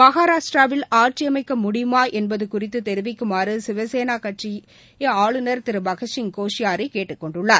மகாராஷ்டிராவில் ஆட்சியமைக்க முடியுமா என்பது குறித்து தெரிவிக்குமாறு சிவசேனா கட்சியை ஆளுநர் திரு பகத்சிங் கோஷ்யாரி கேட்டுக்கொண்டுள்ளார்